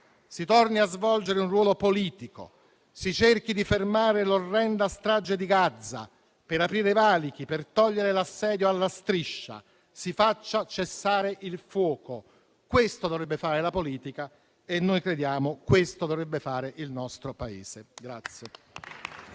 Si torni a svolgere un ruolo politico; si cerchi di fermare l'orrenda strage di Gaza per aprire i valichi, per togliere l'assedio alla Striscia; si faccia cessare il fuoco: questo dovrebbe fare la politica e noi crediamo che questo dovrebbe fare il nostro Paese.